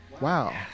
Wow